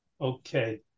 Okay